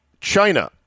China